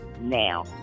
now